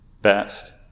best